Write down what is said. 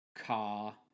car